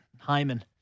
Hyman